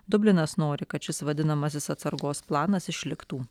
dublinas nori kad šis vadinamasis atsargos planas išliktų